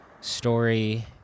story